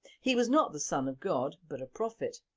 he was not the son of god but a prophet.